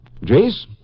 Jace